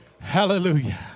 Hallelujah